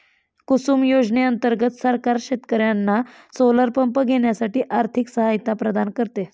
कुसुम योजने अंतर्गत सरकार शेतकर्यांना सोलर पंप घेण्यासाठी आर्थिक सहायता प्रदान करते